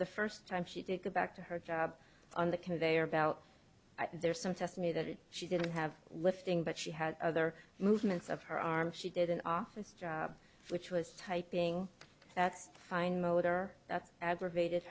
the first time she did go back to her job on the conveyor belt there's some test me that she didn't have lifting but she had other movements of her arm she did an office job which was typing that's fine motor aggravated